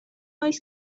oes